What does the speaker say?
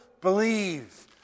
believe